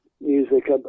music